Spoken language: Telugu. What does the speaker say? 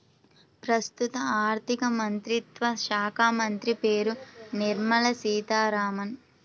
ప్రస్తుత ఆర్థికమంత్రిత్వ శాఖామంత్రి పేరు నిర్మల సీతారామన్